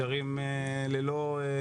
ניתן לחברי הכנסת רשות דיבור